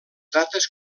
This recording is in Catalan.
dates